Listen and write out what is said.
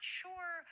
sure